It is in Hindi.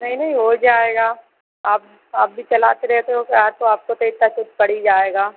नहीं नहीं हो जाएगा आप आप भी चलाते रहते हो के आर तो आपको तो इतना तो पड़ ही जाएगा